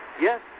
Yes